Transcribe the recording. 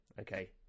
okay